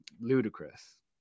ludicrous